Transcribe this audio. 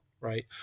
Right